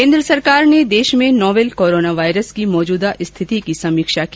केन्द्र सरकार ने देश में नोवेल कोरोना वायरस की मौजुदा स्थिति की समीक्षा की